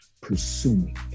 pursuing